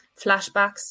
flashbacks